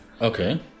Okay